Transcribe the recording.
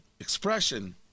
expression